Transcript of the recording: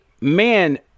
man